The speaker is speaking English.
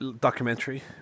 documentary